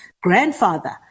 grandfather